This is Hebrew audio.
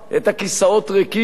את הכיסאות ריקים,